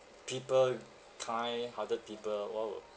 people kind-hearted people !wow!